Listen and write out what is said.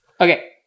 Okay